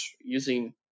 using